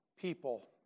people